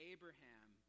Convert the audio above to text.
Abraham